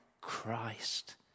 Christ